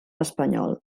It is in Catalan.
espanyol